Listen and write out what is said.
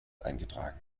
eingetragen